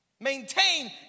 maintain